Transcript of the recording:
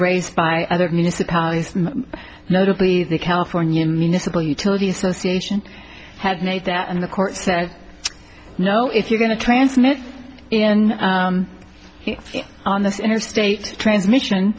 raised by other municipalities notably the california municipal utility association had made that and the court said no if you're going to transmit in on this interstate transmission